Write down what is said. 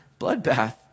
bloodbath